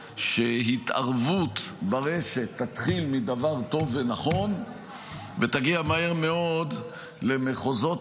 שהתערבות ברשת תתחיל מדבר טוב ונכון ותגיע מהר מאוד למחוזות